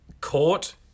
Court